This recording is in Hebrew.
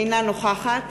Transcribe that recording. אינה נוכחת